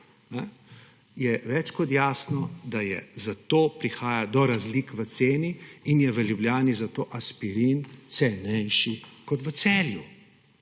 je več kot jasno, da zato prihaja do razlik v ceni in je v Ljubljani zato aspirin cenejši kot v Celju,